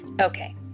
Okay